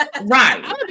right